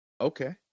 Okay